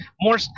more